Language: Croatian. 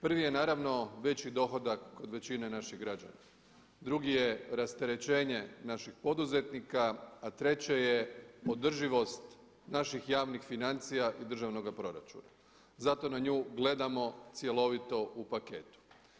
Prvi je naravno veći dohodak kod većine naših građana, drugi je rasterećenje naših poduzetnika, a treće je održivost naših javnih financija i državnoga proračuna zato na nju gledamo cjelovito u paketu.